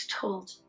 told